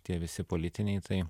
tie visi politiniai tai